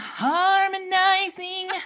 harmonizing